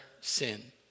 sin